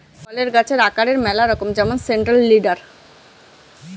ফলের গাছের আকারের ম্যালা রকম যেমন সেন্ট্রাল লিডার